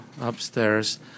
upstairs